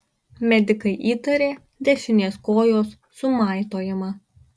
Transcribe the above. medikai įtarė dešinės kojos sumaitojimą